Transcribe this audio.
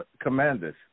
commanders